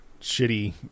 shitty